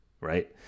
right